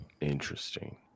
interesting